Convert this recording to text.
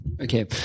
Okay